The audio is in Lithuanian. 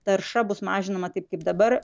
tarša bus mažinama taip kaip dabar